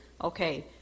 Okay